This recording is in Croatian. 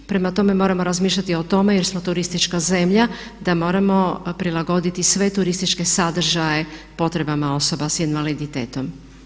Prema tome moramo razmišljati i o tome jer smo turistička zemlja da moramo prilagoditi sve turističke sadržaje potrebama osoba s invaliditetom.